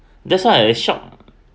that's why I shocked